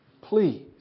Please